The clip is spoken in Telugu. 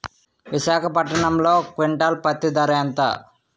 విశాఖపట్నంలో క్వింటాల్ పత్తి ధర ఎంత?